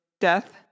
death